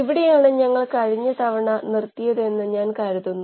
ചപ്പാത്തി കുഴച്ചെടുത്തത് വികലമാകും